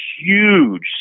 huge